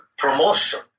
promotion